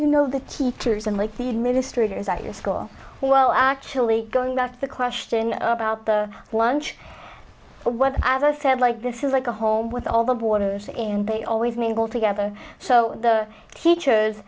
you know the teachers and like the administrators at your school well actually going back to the question about the lunch or what as i said like this is like a home with all the boarders and they always mean all together so the teachers